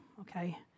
okay